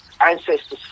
ancestors